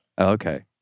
okay